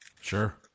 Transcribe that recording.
Sure